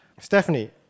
Stephanie